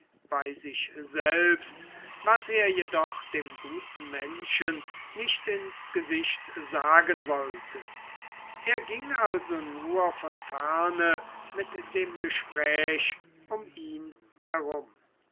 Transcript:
bei sich selbst was er jedoch dem guten menschen nicht ins gesicht sagen wollte er ging also nur von ferne mit dem gespräch um ihn herum